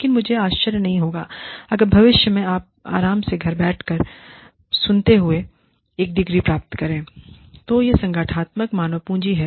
लेकिन मुझे आश्चर्य नहीं होगा अगर भविष्य में आप आराम से घर बैठकर सुनते हुए एक डिग्री प्राप्त करेl तो यह संगठनात्मक मानव पूंजी है